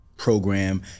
Program